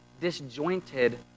disjointed